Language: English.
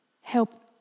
help